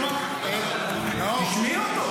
לומר ------ תשמעי אותו,